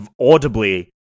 audibly